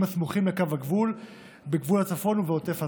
הסמוכים לקו הגבול בגבול הצפון ובעוטף עזה.